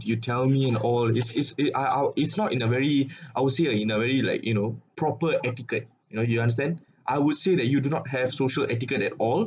you tell me in all it's it's eh ah out it's not in a very I would say uh in a very like you know proper etiquette you know you understand I would say that you do not have social etiquette at all